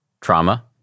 trauma